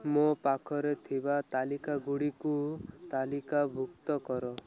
ମୋ ପାଖରେ ଥିବା ତାଲିକା ଗୁଡ଼ିକୁ ତାଲିକାଭୁକ୍ତ କର